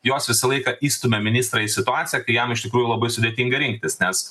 jos visą laiką įstumia ministrą į situaciją kai jam iš tikrųjų labai sudėtinga rinktis nes